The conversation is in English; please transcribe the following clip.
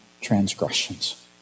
transgressions